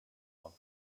off